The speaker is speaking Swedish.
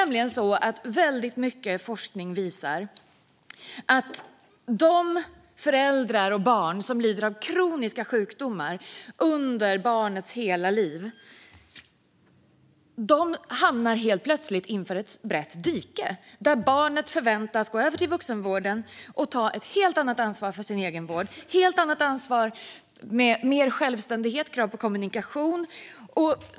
Mycket forskning visar att de föräldrar till och barn som lider av kroniska sjukdomar under hela livet plötsligt hamnar inför ett brett dike när barnet förväntas gå över till vuxenvården och ta ett helt annat ansvar för sin egenvård, med mer självständighet och krav på kommunikation.